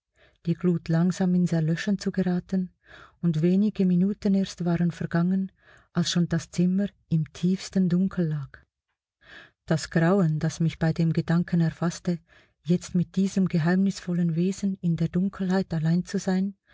die glut langsam ins erlöschen zu geraten und wenige minuten erst waren vergangen als schon das zimmer im tiefsten dunkel lag das grauen das mich bei dem gedanken erfaßte jetzt mit diesem geheimnisvollen wesen in der dunkelheit allein zu sein